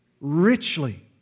Richly